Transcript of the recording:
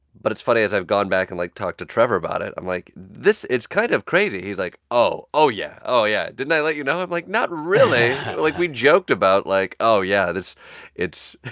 but it's funny. as i've gone back and, like, talked to trevor about it, i'm like, this it's kind of crazy. he's like, oh, oh, yeah, oh, yeah. didn't i let you know? i'm like, not really. like, we joked about, like, oh, yeah, this it's.